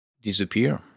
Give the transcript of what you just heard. Disappear